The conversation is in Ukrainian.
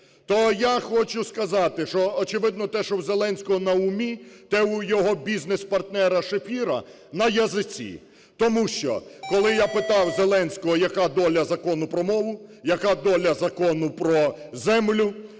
То я хочу сказати, що, очевидно, те, що в Зеленського на умі, те у його бізнес-партнера Шефіра на язиці. Тому що, коли я питав Зеленського, яка доля Закону про мову, яка доля Закону про землю,